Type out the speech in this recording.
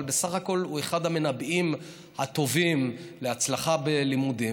אבל בסך הכול הוא אחד המנבאים הטובים להצלחה בלימודים.